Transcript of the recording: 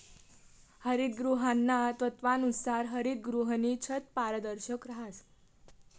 हरितगृहाना तत्वानुसार हरितगृहनी छत पारदर्शक रहास